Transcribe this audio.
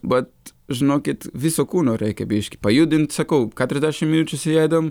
bet žinokit viso kūno reikia biškį pajudinti sakau keturiasdešimt minučių sėdėdam